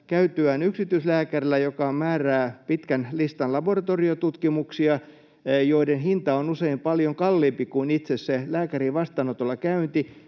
käytyään yksityislääkärillä, joka määrää pitkän listan laboratoriotutkimuksia, joiden hinta on usein paljon kalliimpi kuin se itse lääkärin vastaanotolla käynti,